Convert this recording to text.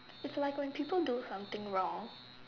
it's like when people do something wrong